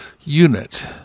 unit